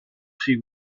she